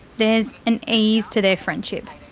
there's an ease to their friendship.